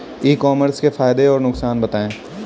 ई commerce के फायदे और नुकसान बताएँ?